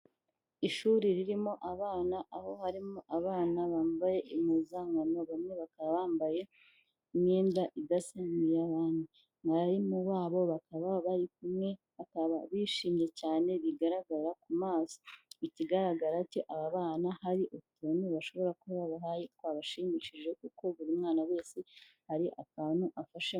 Ishuri ririmo abana aho harimo abana bambaye impuzankano, bamwe bakaba bambaye imyenda idasa nk'iy'abandi, mwarimu w'abo bakaba bari kumwe bishimye cyane bigaragara ku maso ikigaragara aba bana hari utuntu bashobora kuba babahaye twabashimishije kuko buri mwana wese hari akantu afashemo.